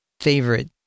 favorite